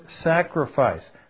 sacrifice